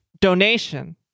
Donation